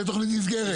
שתוכנית נסגרת.